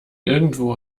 irgendwo